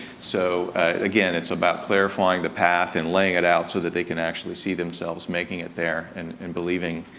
so, again it's about clarifying the path and laying it out so that they can actually see themselves making it there and and believing